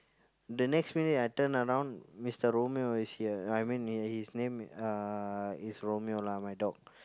the next minute I turn around Mister Romeo is here I mean uh his name uh is Romeo lah my dog